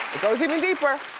it goes even deeper.